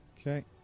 Okay